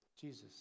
Jesus